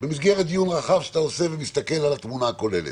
במסגרת דיון רחב שאתה עושה ומסתכל על התמונה הכוללת.